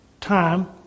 time